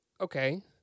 okay